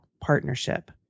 partnership